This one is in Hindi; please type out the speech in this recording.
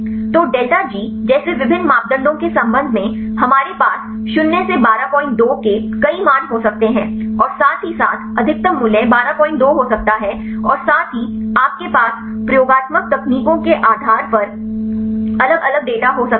तो डेल्टा जी जैसे विभिन्न मापदंडों के संबंध में हमारे पास शून्य से 122 के कई मान हो सकते हैं और साथ ही साथ अधिकतम मूल्य 122 हो सकता है और साथ ही आपके पास प्रयोगात्मक तकनीकों के आधार पर अलग अलग डेटा हो सकते हैं